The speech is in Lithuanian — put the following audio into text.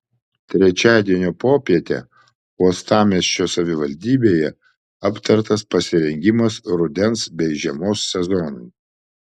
trečiadienio popietę uostamiesčio savivaldybėje aptartas pasirengimas rudens bei žiemos sezonui